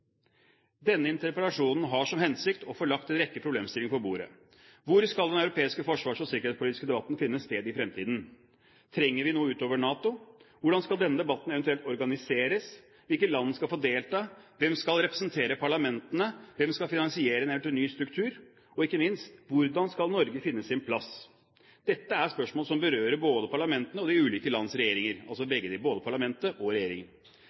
Denne interpellasjonen har til hensikt å få lagt en rekke problemstillinger på bordet. Hvor skal den europeiske forsvars- og sikkerhetspolitiske debatten finne sted i fremtiden? Trenger vi noe utover NATO? Hvordan skal denne debatten eventuelt organiseres? Hvilke land skal få delta? Hvem skal representere parlamentene? Hvem skal finansiere en eventuell ny struktur? Og ikke minst: Hvordan skal Norge finne sin plass? Dette er spørsmål som berører både parlamentene og de ulike lands regjeringer – altså begge deler: både parlamentet og regjeringen.